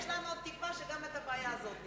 יש לנו עוד תקווה שגם את הבעיה הזאת נפתור.